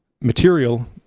material